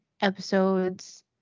episodes